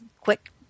quick